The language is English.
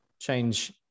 change